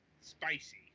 spicy